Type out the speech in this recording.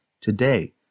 Today